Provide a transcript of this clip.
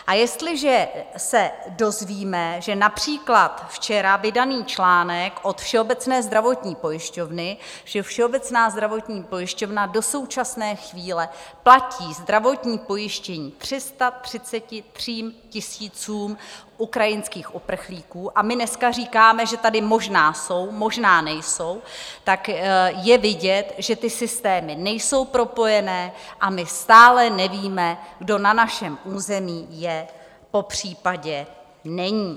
A jestliže se dozvíme, že například včera vydaný článek od Všeobecné zdravotní pojišťovny, že Všeobecná zdravotní pojišťovna do současné chvíle platí zdravotní pojištění 333 000 ukrajinských uprchlíků, a my dneska říkáme, že tady možná jsou, možná nejsou, tak je vidět, že ty systémy nejsou propojené a my stále nevíme, kdo na našem území je, popřípadě není.